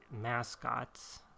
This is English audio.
mascots